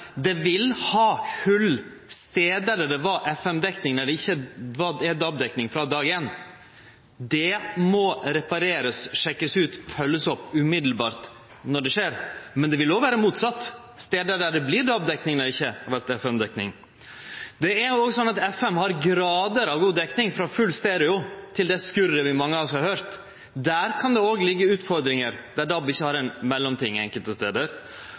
Det vil vere hol – stader der det var FM-dekning der det ikkje er DAB-dekning frå dag éin. Det må reparerast, sjekkast ut og føljast opp straks det skjer. Men det vil også vere motsett – stader der det vert DAB-dekning der det ikkje har vore FM-dekning. Det er òg slik at FM har grader av dekning frå full stereo til det skurret mange av oss har høyrt. Der kan det òg liggje utfordringar, der DAB ikkje har ein mellomting enkelte stader,